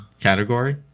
category